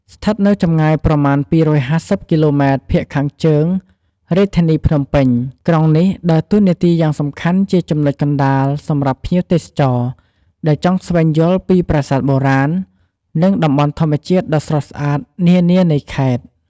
ស្ថិតនៅចម្ងាយប្រមាណ ២៥០ គីឡូម៉ែត្រភាគខាងជើងរាជធានីភ្នំពេញ ក្រុងនេះដើរតួនាទីយ៉ាងសំខាន់ជាចំណុចកណ្ដាលសម្រាប់ភ្ញៀវទេសចរណ៍ដែលចង់ស្វែងយល់ពីប្រាសាទបុរាណ និងតំបន់ធម្មជាតិដ៏ស្រស់ស្អាតនានានៃខេត្ត។